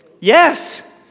Yes